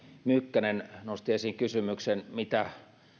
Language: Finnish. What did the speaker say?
mykkänen nosti esiin kysymyksen mitä